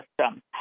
system